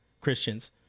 Christians